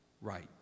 right